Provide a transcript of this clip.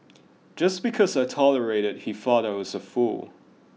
just because I tolerated he thought I was a fool